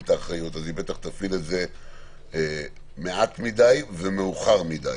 את האחריות אז היא בטח תפעיל את זה מעט מדי ומאוחר מדי.